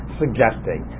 suggesting